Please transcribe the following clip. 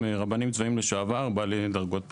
רבנים צבאיים לשעבר בעלי דרגות בכירות.